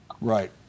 Right